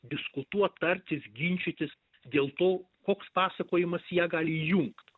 diskutuot tartis ginčytis dėl to koks pasakojimas ją gali jungt